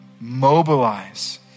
mobilize